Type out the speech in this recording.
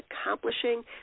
accomplishing